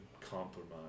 compromise